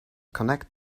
connect